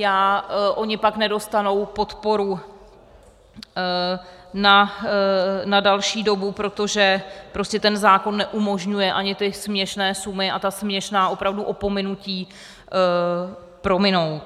a oni pak nedostanou podporu na další dobu, protože prostě ten zákon neumožňuje ani ty směšné sumy a ta opravdu směšná opomenutí prominout.